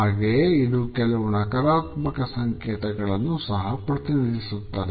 ಹಾಗೆಯೇ ಇದು ಕೆಲವು ನಕಾರಾತ್ಮಕ ಸಂಕೇತಗಳನ್ನು ಸಹ ಪ್ರತಿನಿಧಿಸುತ್ತದೆ